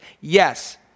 Yes